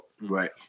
Right